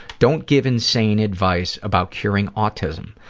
don't give insane advice about curing autism.